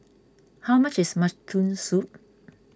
how much is Mutton Soup